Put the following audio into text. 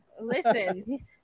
Listen